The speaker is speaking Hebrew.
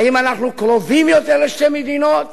האם אנחנו קרובים יותר לשתי מדינות